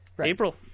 april